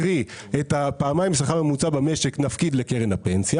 קרי את פעמיים השכר הממוצע במשק נפקיד לקרן הפנסיה